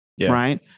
Right